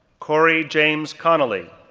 corey james connelly,